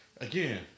Again